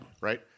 Right